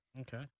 Okay